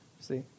See